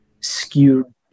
skewed